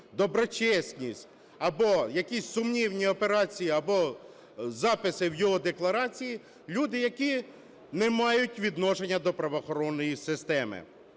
доброчесність, або якісь сумнівні операції, або записи в його декларації люди, які не мають відношення до правоохоронної системи,